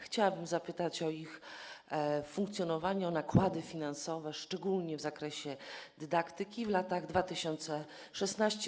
Chciałabym zapytać o ich funkcjonowanie, o nakłady finansowe, szczególnie w zakresie dydaktyki, w latach 2016–2018.